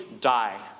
die